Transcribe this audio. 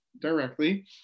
directly